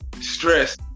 Stress